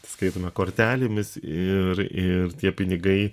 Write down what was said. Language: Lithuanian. skaitome kortelėmis ir ir tie pinigai